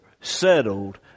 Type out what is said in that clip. settled